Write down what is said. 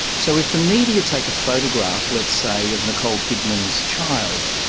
so if the media take a photograph, let's say, of nicole kidman's child,